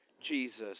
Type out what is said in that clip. Jesus